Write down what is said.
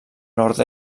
nord